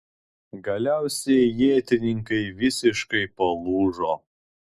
galiausiai ietininkai visiškai palūžo